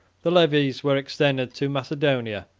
the levies were extended to macedonia,